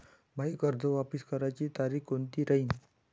मायी कर्ज वापस करण्याची तारखी कोनती राहीन?